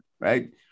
right